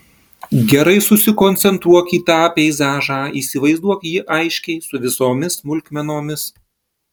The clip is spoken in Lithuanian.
gerai susikoncentruok į tą peizažą įsivaizduok jį aiškiai su visomis smulkmenomis